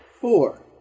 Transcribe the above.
Four